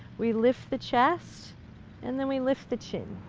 we lift the chest and then we lift the chin.